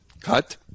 cut